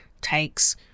takes